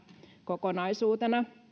kokonaisuutena